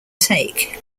take